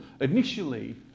initially